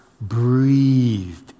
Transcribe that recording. breathed